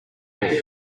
ball